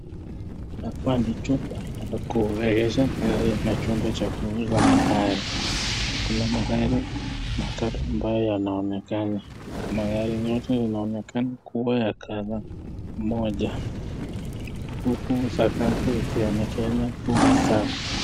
Hapa ni chumba cha kuegesha magari ama cha kuuza magari . Kuna magari matatu ambayo yanaonekana. Magari yote yanaokena kuwa ya colour moja. Huku sakafu ikionekana kuwa safi.